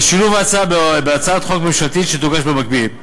ושילוב ההצעה בהצעת חוק ממשלתית שתוגש במקביל.